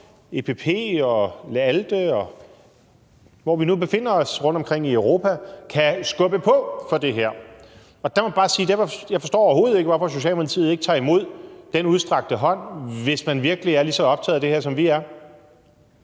fora – EPP og Le ALDE, og hvor vi nu befinder os rundtomkring i Europa – kan skubbe på for det her. Og der må jeg bare sige, at jeg overhovedet ikke forstår, hvorfor Socialdemokratiet ikke tager imod den udstrakte hånd, hvis man virkelig er lige så optaget af det her, som vi er.